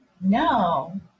No